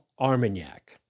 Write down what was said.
Armagnac